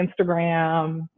Instagram